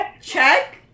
check